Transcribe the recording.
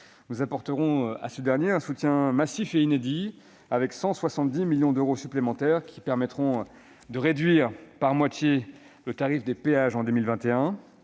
Nous apporterons à ce dernier un soutien massif et inédit, avec 170 millions d'euros supplémentaires, qui permettront de réduire la moitié du tarif des péages